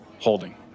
holding